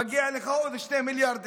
מגיע לך עוד 2 מיליארד.